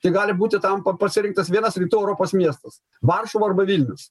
tai gali būti tam pa pasirinktas vienas rytų europos miestas varšuva arba vilnius